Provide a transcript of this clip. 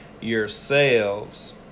yourselves